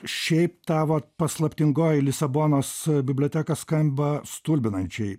šiaip tavo paslaptingoji lisabonos biblioteka skamba stulbinančiai